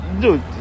dude